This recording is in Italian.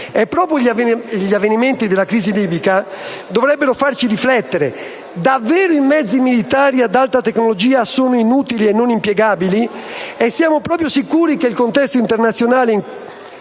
Proprio gli avvenimenti della crisi libica dovrebbero farci riflettere: davvero i mezzi militari ad alta tecnologia sono inutili e non impiegabili? Siamo proprio sicuri che il contesto internazionale